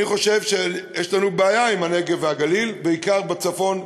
אני חושב שיש לנו בעיה עם הנגב והגליל בעיקר בצפון,